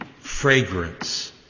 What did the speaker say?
fragrance